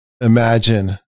imagine